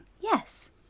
Yes